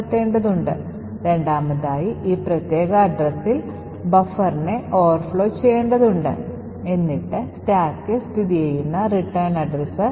Iso c99 scanf എന്ന് വിളിക്കുന്ന ഈ പ്രത്യേക നിർദ്ദേശം ലൈബ്രറിയിൽ നിന്ന് സ്കാൻഫ് ഫംഗ്ഷൻ invoke ചെയ്യുന്നു തുടർന്ന് ഫംഗ്ഷനിൽ നിന്ന് ഒരു റിട്ടേൺ ഉണ്ടാകും